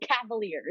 Cavaliers